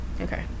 Okay